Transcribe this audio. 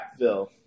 Capville